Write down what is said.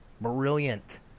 brilliant